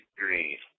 green